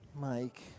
Mike